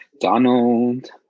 Donald